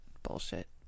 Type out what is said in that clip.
bullshit